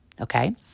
Okay